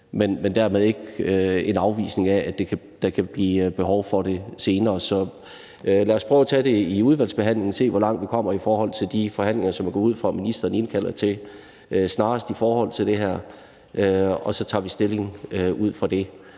er dermed ikke en afvisning af, at der kan blive behov for det senere. Så lad os prøve at tage det i udvalgsbehandlingen og se, hvor langt vi kommer i forhold til de forhandlinger, som jeg går ud fra at ministeren indkalder til snarest, om det her – og så tager vi stilling ud fra det.